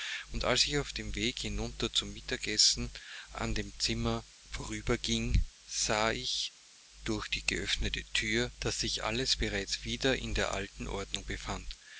und als ich auf dem wege hinunter zum mittagessen an dem zimmer vorüberging sah ich durch die geöffnete thür daß sich alles bereits wieder in der alten ordnung befand